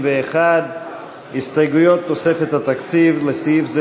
ההסתייגויות לסעיף 45,